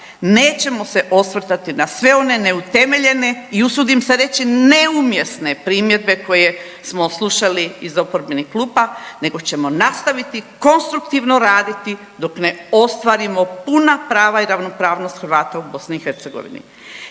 Nećemo se osvrtati na sve one neutemeljene i usudim se reći neumjesne primjedbe koje smo slušali iz oporbenih klupa nego ćemo nastaviti konstruktivno raditi dok ne ostvarimo puna prava i ravnopravnost Hrvata u BiH.